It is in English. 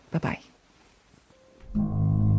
Bye-bye